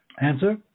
Answer